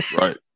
right